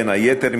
בין היתר,